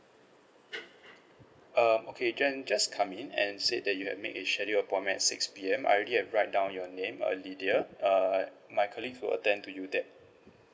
um okay you can just come in and said that you have make a schedule appointment at six P_M I already have write down your name err lidiyah err my colleagues will attend to you that